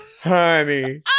Honey